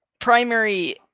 primary